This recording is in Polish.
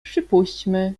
przypuśćmy